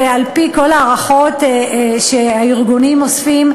ועל-פי כל ההערכות שהארגונים אוספים,